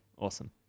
Awesome